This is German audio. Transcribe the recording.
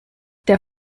der